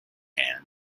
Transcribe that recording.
hand